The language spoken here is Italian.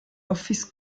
office